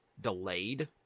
delayed